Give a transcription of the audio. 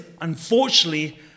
unfortunately